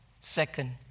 Second